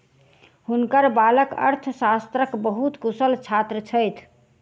हुनकर बालक अर्थशास्त्रक बहुत कुशल छात्र छथि